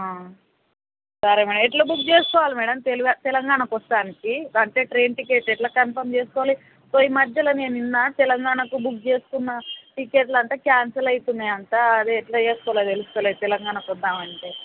సరే మ్యాడమ్ ఎట్లా బుక్ చేసుకోవాలి మ్యాడమ్ తెలువ తెలంగాణకి వస్తానికి అంటే ట్రైన్ టికెట్ ఎట్లా కన్ఫార్మ్ చెసుకోవాలి పోయి మధ్యలో నేను నిన్న తెలంగాణకు బుక్ చెసుకున్న టికెట్లు అంట క్యాన్సిల్ అవుతున్నాయి అంట అది ఎట్లా చేసుకోవాలో తెలియలేదు తెలంగాణకు వద్దాం అంటే